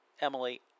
Emily